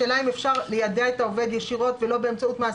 השאלה אם אפשר ליידע את העובד ישירות ולא באמצעות מעסיקו.